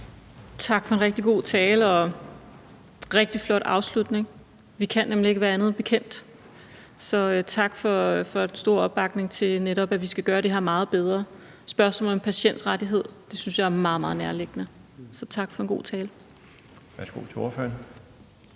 Tak for en rigtig god tale. Det var en rigtig flot afslutning. Vi kan nemlig ikke være andet bekendt, så tak for den store opbakning til, at vi netop skal gøre det her meget bedre. Spørgsmålet om patientrettigheder synes jeg er meget, meget nærliggende. Så tak for en god tale. Kl. 17:10 Den